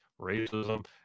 racism